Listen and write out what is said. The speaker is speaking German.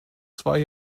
zwei